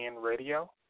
Radio